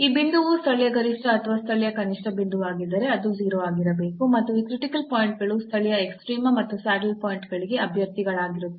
ಈ ಬಿಂದುವು ಸ್ಥಳೀಯ ಗರಿಷ್ಠ ಅಥವಾ ಸ್ಥಳೀಯ ಕನಿಷ್ಠ ಬಿಂದುವಾಗಿದ್ದರೆ ಅದು 0 ಆಗಿರಬೇಕು ಮತ್ತು ಈ ಕ್ರಿಟಿಕಲ್ ಪಾಯಿಂಟ್ ಗಳು ಸ್ಥಳೀಯ ಎಕ್ಸ್ಟ್ರೀಮ ಮತ್ತು ಸ್ಯಾಡಲ್ ಪಾಯಿಂಟ್ಗಳಿಗೆ ಅಭ್ಯರ್ಥಿಗಳಾಗಿರುತ್ತದೆ